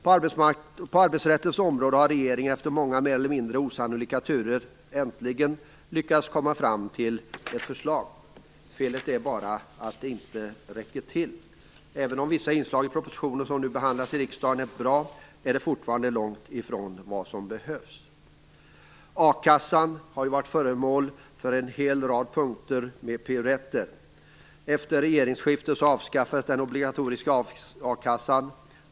På arbetsrättens område har regeringen, efter många mer eller mindre osannolika turer, äntligen lyckats komma fram till ett förslag. Felet är bara att det inte räcker till. Även om vissa inslag i den proposition som nu behandlas i riksdagen är bra, är det fortfarande långt ifrån vad som behövs. A-kassan har ju varit föremål för en hel rad piruetter. Efter regeringsskiftet avskaffades den obligatoriska a-kassan.